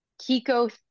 Kiko